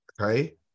okay